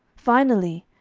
finally,